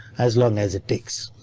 as long as it takes.